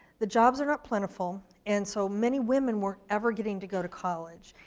the jobs are not plentiful and so many women weren't ever getting to go to college.